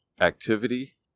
activity